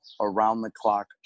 around-the-clock